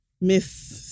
miss